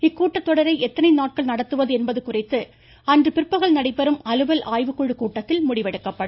இக்கூட்டத்தொடரை எத்தனை நாட்கள் நடத்துவது என்பது குறித்து அன்றையதினம் பிற்பகலில் நடைபெறும் அலுவல் ஆய்வுக்குழு கூட்டத்தில் முடிவு எடுக்கப்படும்